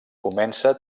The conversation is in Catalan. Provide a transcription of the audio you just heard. comença